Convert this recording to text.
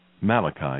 Malachi